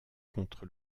contre